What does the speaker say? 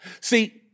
See